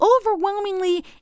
overwhelmingly